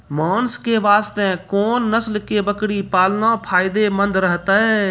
मांस के वास्ते कोंन नस्ल के बकरी पालना फायदे मंद रहतै?